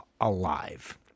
Alive